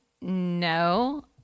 No